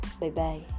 Bye-bye